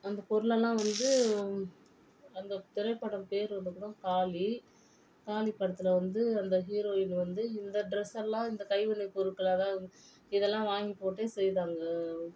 அந்த பொருளெல்லாம் வந்து அந்த திரைப்படம் பேர் வந்து கூட காளி காளி படத்தில் வந்து அந்த ஹீரோயின் வந்து இந்த டிரஸ்ஸெல்லாம் இந்த கைவினைப் பொருட்களை அதாவது இதெல்லாம் வாங்கிப் போட்டு செய்தாங்க